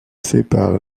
sépare